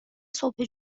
صبح